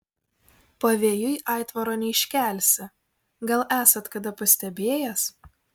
pavėjui aitvaro neiškelsi gal esat kada pastebėjęs